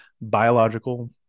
biological